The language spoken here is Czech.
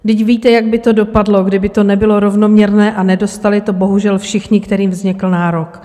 Vždyť víte, jak by to dopadlo, kdyby to nebylo rovnoměrné a nedostali to bohužel všichni, kterým vznikl nárok.